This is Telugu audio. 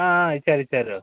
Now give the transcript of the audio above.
ఇచ్చారు ఇచ్చారు